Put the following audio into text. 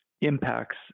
impacts